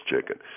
chicken